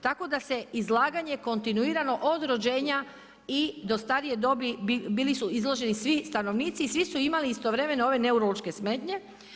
Tako da se izlaganje kontinuirano od rođenja i do starije dobi bili su izloženi svi stanovnici i svi su imali istovremeno ove neurološke smetnje.